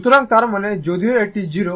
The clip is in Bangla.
সুতরাং তার মানে যদিও এটি 0